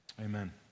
Amen